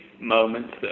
moments